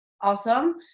awesome